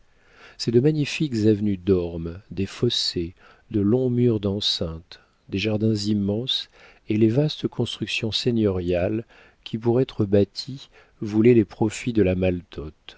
sont de magnifiques avenues d'ormes des fossés de longs murs d'enceinte des jardins immenses et les vastes constructions seigneuriales qui pour être bâties voulaient les profits de la maltôte